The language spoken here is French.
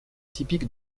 typique